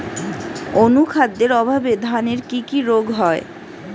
অনুখাদ্যের অভাবে ধানের কি কি রোগ হয়?